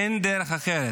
אין דרך אחרת.